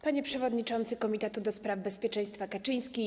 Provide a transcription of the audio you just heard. Panie Przewodniczący Komitetu ds. Bezpieczeństwa Kaczyński!